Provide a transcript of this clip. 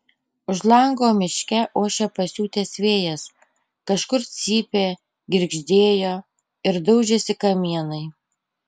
už lango miške ošė pasiutęs vėjas kažkur cypė girgždėjo ir daužėsi kamienai